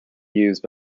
used